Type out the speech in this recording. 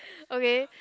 okay